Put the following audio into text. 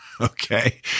Okay